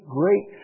great